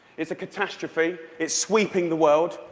it's a catastrophe. it's sweeping the world.